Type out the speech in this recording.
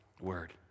word